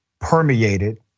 permeated